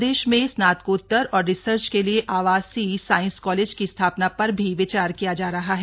प्रदेश में स्नातकोत्तर और रिसर्च के लिए आवासीय साइंस कॉलेज की स्थापना पर भी विचार किया जा रहा है